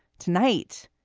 tonight,